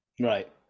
right